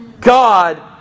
God